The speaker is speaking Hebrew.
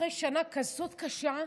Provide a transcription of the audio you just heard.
אחרי שנה כזאת קשה,